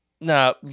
No